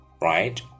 right